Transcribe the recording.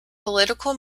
political